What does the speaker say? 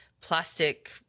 plastic